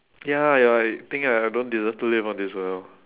ya ya I think I don't deserve to live on this world